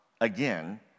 again